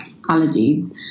allergies